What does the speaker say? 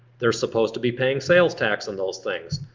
they're supposed to be paying sales tax on those things.